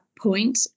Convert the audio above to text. point